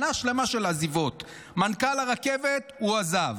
שנה שלמה של עזיבות: מנכ"ל הרכבת הועזב,